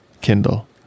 Kindle